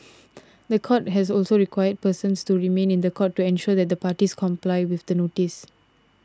the court has also require persons to remain in the country to ensure that the parties comply with the notice